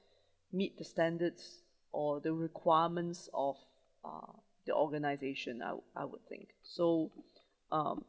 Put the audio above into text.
meet the standards or the requirements of uh the organization I I would think so um